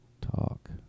talk